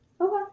Okay